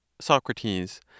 Socrates